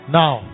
now